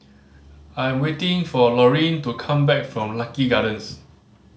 I am waiting for Laureen to come back from Lucky Gardens